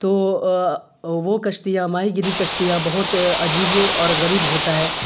تو وہ کشتیاں ماہی گیری کشتیاں بہت عجیب و اور غریب ہوتا ہے